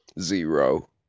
Zero